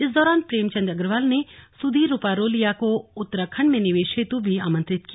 इस दौरान प्रेमचंद अग्रवाल ने सुधीर रूपारेलिया को उत्तराखंड में निवेश हेतु भी आमंत्रित किया